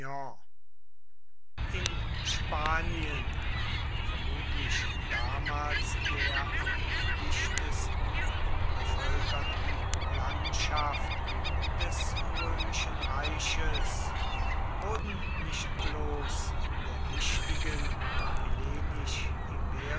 in spanien vermutlich damals der am dichtesten bevölkerten landschaft des römischen reiches wurden nicht bloß in der wichtigen